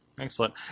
Excellent